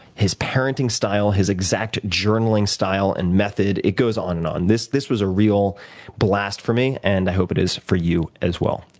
his parenting style, his exact journaling style and method it goes on and on. this this was a real blast for me and i hope it is for you, as well.